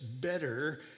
better